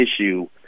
issue